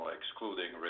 excluding